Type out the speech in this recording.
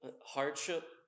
Hardship